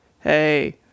hey